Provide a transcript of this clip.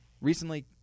recently